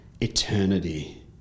eternity